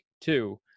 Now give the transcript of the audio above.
Two